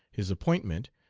his appointment,